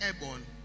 airborne